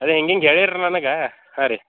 ಅದೇ ಹಿಂಗೆ ಹಿಂಗೆ ಹೇಳಿರಿ ನನಗೆ ಹಾಂ ರೀ